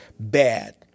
Bad